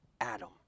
Adam